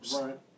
right